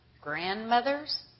grandmothers